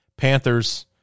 Panthers